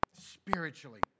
spiritually